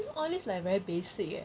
all this like very basic eh